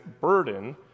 burden